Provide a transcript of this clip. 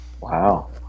wow